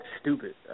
stupid